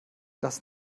das